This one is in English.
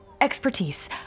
expertise